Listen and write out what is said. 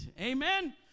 Amen